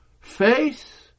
faith